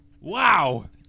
Wow